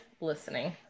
listening